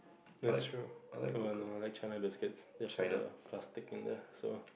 it's true oh no like China biscuits they for the plastic in there so